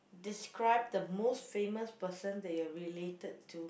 describe the most famous person that you're related to